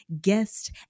guest